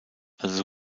also